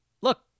look